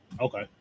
Okay